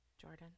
Jordan